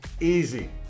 easy